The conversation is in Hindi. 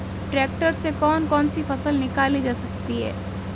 ट्रैक्टर से कौन कौनसी फसल निकाली जा सकती हैं?